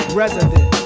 resident